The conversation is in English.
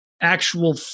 actual